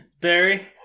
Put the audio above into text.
Barry